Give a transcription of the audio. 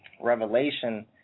Revelation